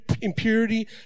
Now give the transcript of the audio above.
impurity